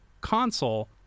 console